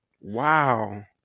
Wow